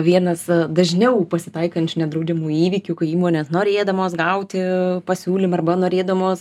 vienas dažniau pasitaikančių nedraudžiamų įvykių kai įmonės norėdamos gauti pasiūlymą arba norėdamos